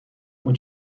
اون